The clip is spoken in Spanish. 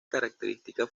característica